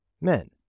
men